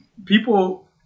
people